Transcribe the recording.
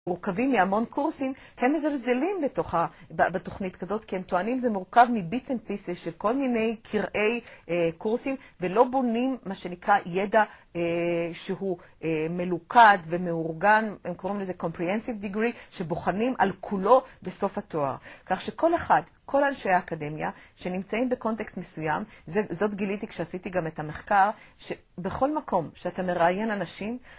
מורכבים מהמון קורסים, הם מזלזלים בתוכנית כזאת כי הם טוענים שזה מורכב bits and pieces של כל מיני קירעי קורסים, ולא בונים מה שנקרא ידע שהוא מלוכד ומאורגן, הם קוראים לזה comprehensive degree, שבוחנים על כולו בסוף התואר. כך שכל אחד, כל אנשי האקדמיה שנמצאים בקונטקסט מסוים, זאת גיליתי כשעשיתי גם את המחקר, שבכל מקום שאתה מראיין אנשים,